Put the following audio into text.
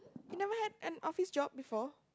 you never had an office job before